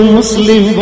Muslim